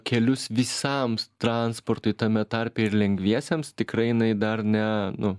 kelius visam transportui tame tarpe ir lengviesiems tikrai jinai dar ne nu